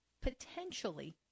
potentially